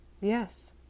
Yes